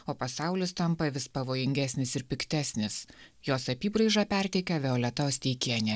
o pasaulis tampa vis pavojingesnis ir piktesnis jos apybraižą perteikia violeta osteikienė